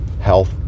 health